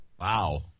Wow